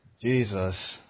Jesus